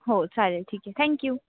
हो चालेल ठीक आहे थँक्यू